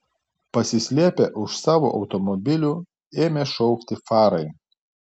pasislėpę už savo automobilių ėmė šaukti farai